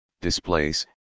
displace